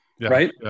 Right